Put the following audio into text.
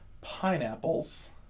pineapples